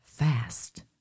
Fast